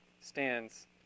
stands